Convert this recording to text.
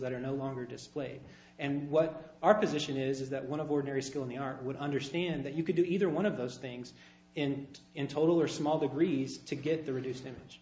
that are no longer display and what our position is is that one of ordinary skill in the art would understand that you could do either one of those things and in total or small the grease to get the reduced image